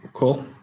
Cool